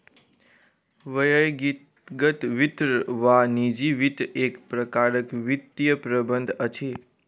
व्यक्तिगत वित्त वा निजी वित्त एक प्रकारक वित्तीय प्रबंधन अछि